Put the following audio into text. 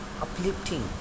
uplifting